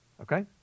okay